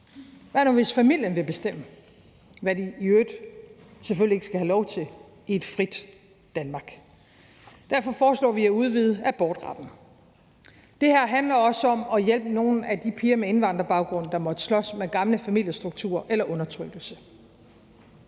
Hvad nu, hvis familien vil bestemme, hvad de i øvrigt selvfølgelig ikke skal have lov til i et frit Danmark? Derfor foreslår vi at udvide abortretten. Det her handler også om at hjælpe nogle af de piger med indvandrerbaggrund, der måtte slås med gamle familiestrukturer eller undertrykkelse.